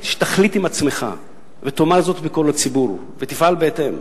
שתחליט עם עצמך ותאמר זאת בקול לציבור ותפעל בהתאם.